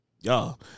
Y'all